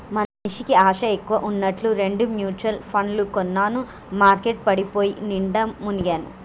మనిషికి ఆశ ఎక్కువ అన్నట్టు రెండు మ్యుచువల్ పండ్లు కొన్నాను మార్కెట్ పడిపోయి నిండా మునిగాను